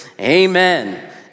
amen